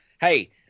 Hey